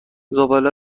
زباله